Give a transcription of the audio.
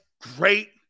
great